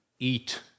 eat